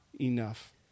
enough